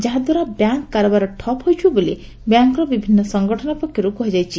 ଯାହାଦ୍ୱାରା ବ୍ୟାଙ୍କ କାରବାର ଠପ୍ ହୋଇଯିବ ବୋଲି ବ୍ୟାଙ୍କ୍ର ବିଭିନ୍ ସଂଗଠନ ପକ୍ଷରୁ କୁହାଯାଇଛି